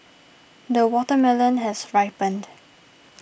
the watermelon has ripened